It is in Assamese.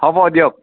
হ'ব দিয়ক